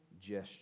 gesture